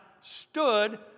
stood